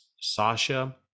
Sasha